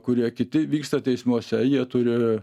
kurie kiti vyksta teismuose jie turi